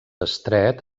estret